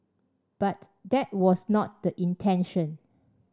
but that was not the intention